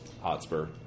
Hotspur